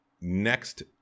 next